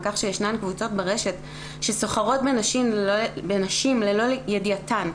כך שישנן קבוצות ברשת שסוחרות בנשים ללא ידיעתן,